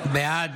בעד